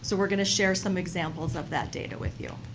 so we're going to share some examples of that data with you.